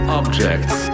objects